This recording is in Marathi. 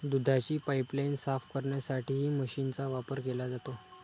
दुधाची पाइपलाइन साफ करण्यासाठीही मशीनचा वापर केला जातो